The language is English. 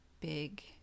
big